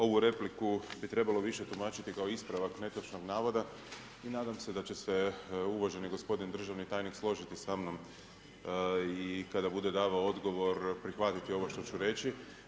Ovu repliku bi trebalo više tumačiti kao ispravak netočnog navoda i nadam se da se će uvaženi gospodin državni tajnik složiti samnom i kada bude davao odgovor prihvatiti ovo što ću reći.